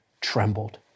trembled